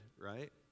right